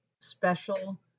special